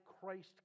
Christ